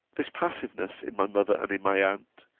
this passiveness in my mother and in my aunt,